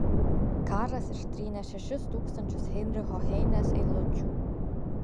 karas ištrynė šešis tūkstančius heinricho heinės eilučių